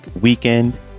weekend